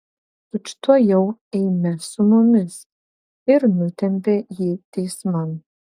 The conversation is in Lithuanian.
tučtuojau eime su mumis ir nutempė jį teisman